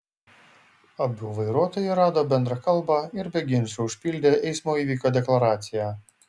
abu vairuotojai rado bendrą kalbą ir be ginčų užpildė eismo įvykio deklaraciją